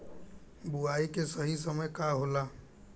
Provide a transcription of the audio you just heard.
बुआई के सही समय का होला?